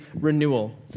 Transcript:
renewal